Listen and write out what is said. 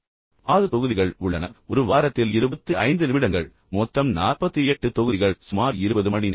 6 தொகுதிகள் உள்ளன ஒரு வாரத்தில் 25 நிமிடங்கள் மொத்தம் 48 தொகுதிகள் சுமார் 20 மணி நேரம் உள்ளன